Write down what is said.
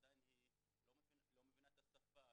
היא עדיין לא מבינה את השפה,